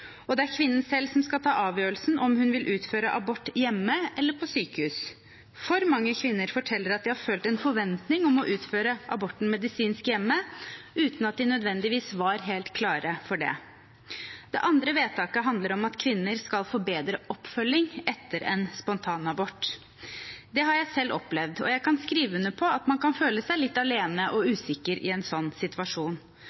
og det er kvinnen selv som skal ta avgjørelsen om hun vil utføre abort hjemme eller på sykehus. For mange kvinner forteller at de har følt en forventning om å utføre aborten medisinsk hjemme, uten at de nødvendigvis var helt klare for det. Det andre vedtaket handler om at kvinner skal få bedre oppfølging etter en spontanabort. Det har jeg selv opplevd, og jeg kan skrive under på at man kan føle seg litt alene og